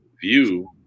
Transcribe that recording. view